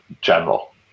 general